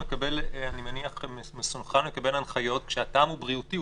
אני מניח שמשרד התחבורה מסונכרן לקבל הנחיות כשהטעם הוא בריאותי,